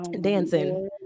dancing